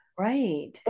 Right